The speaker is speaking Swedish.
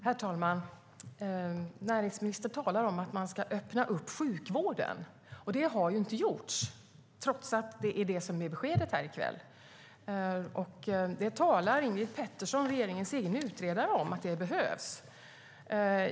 Herr talman! Näringsministern talar om att man ska öppna sjukvården, men det har inte gjorts, trots att det är det som är beskedet här i kväll. Ingrid Petersson, regeringens egen utredare, talar om att det behövs.